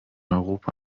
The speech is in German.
europa